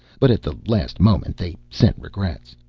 but at the last moment they sent regrets.